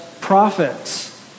prophets